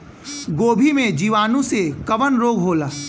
गोभी में जीवाणु से कवन रोग होला?